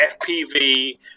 FPV